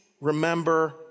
remember